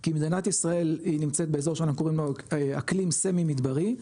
כי מדינת ישראל היא נמצאת באזור שאנו קוראים לו אקלים סמי מדברי,